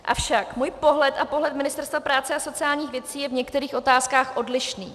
Avšak můj pohled a pohled Ministerstva práce a sociálních věcí je v některých otázkách odlišný.